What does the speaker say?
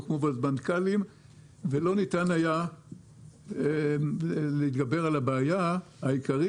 הוקמו ועדות מנכ"לים אך לא ניתן היה להתגבר על הבעיה העיקרית,